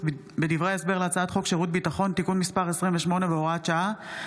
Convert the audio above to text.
בדברי ההסבר להצעת חוק שירות ביטחון (תיקון מס' 28 והוראת שעה),